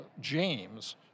James